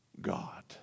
God